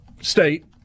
State